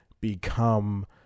become